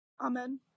Amen